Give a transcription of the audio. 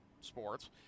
sports